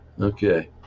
okay